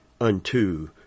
unto